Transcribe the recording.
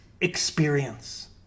experience